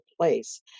place